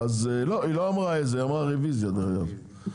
היא לא אמרה את זה, אמרה רביזיה דרך אגב.